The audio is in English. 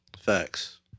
Facts